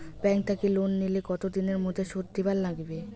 Bank থাকি loan নিলে কতো দিনের মধ্যে শোধ দিবার নাগিবে?